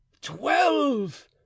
twelve